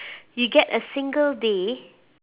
you get a single day